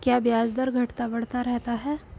क्या ब्याज दर घटता बढ़ता रहता है?